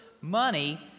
money